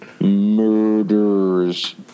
Murders